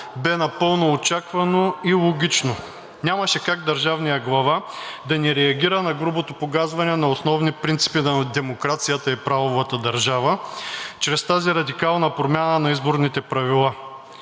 бе напълно очаквано и логично. Нямаше как държавният глава да не реагира на грубото погазване на основни принципи на демокрацията и правовата държава чрез тази радикална промяна на изборните правила.